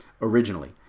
originally